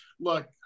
Look